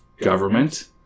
government